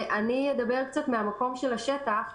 אדבר קצת מן המקום של השטח.